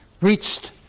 reached